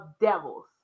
devils